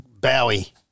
Bowie